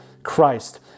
Christ